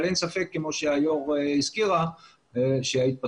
אבל אין ספק כמו שאמרה יושבת הראש שההתפתחויות